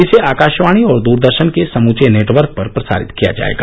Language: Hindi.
इसे आकाशवाणी और दरदर्शन के समुचे नेटवर्क पर प्रसारित किया जाएगा